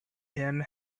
him